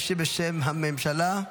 להשיב בשם הממשלה.